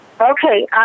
Okay